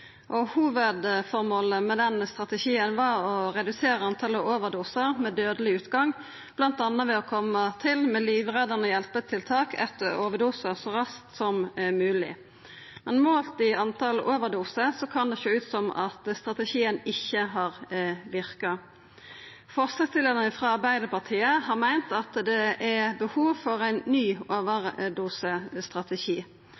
overdosestrategi. Hovudformålet med strategien var å redusera talet på overdosar med dødeleg utgang, bl.a. ved å koma til med livreddande hjelpetiltak etter overdosar så raskt som mogeleg. Men målt i talet på overdosar kan det sjå ut som at strategien ikkje har verka. Forslagsstillarane frå Arbeidarpartiet har meint at det er behov for ein ny